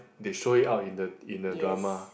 they showed it out in the in the drama